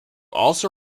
also